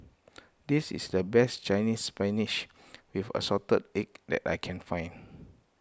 this is the best Chinese Spinach with Assorted Egg that I can find